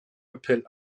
appell